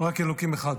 רק אלוקים אחד,